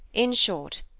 in short,